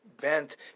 bent